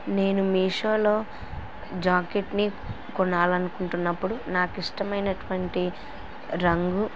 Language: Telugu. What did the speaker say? నేను మీషోలో జాకెట్ని కొనాలనుకుంటున్నప్పుడు నాకు ఇష్టమైనటువంటి రంగు